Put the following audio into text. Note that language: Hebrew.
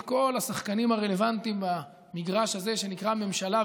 כל השחקנים הרלוונטיים במגרש הזה שנקרא ממשלה,